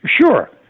Sure